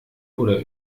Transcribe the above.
oder